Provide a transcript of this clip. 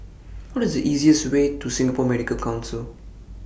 What IS The easiest Way to Singapore Medical Council